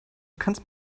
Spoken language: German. kannst